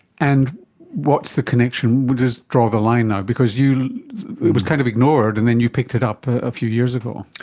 and what's the connection? we'll just draw the line now, because it was kind of ignored and then you picked it up a few years ago.